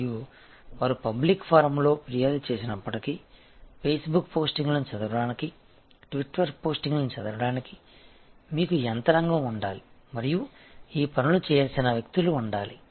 మరియు వారు పబ్లిక్ ఫోరమ్లో ఫిర్యాదు చేసినప్పటికీ ఫేస్బుక్ పోస్టింగ్లను చదవడానికి ట్విట్టర్ పోస్టింగ్లను చదవడానికి మీకు యంత్రాంగం ఉండాలి మరియు ఈ పనులు చేయాల్సిన వ్యక్తులు ఉండాలి